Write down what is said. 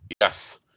Yes